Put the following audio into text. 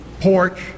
porch